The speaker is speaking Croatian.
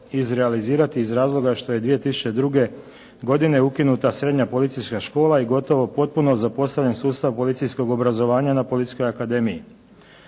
izrealizirati iz razloga što je 2002. godine ukinuta srednja policijska škola i gotovo potpuno zapostavljen sustav policijskog obrazovanja na Policijskoj akademiji.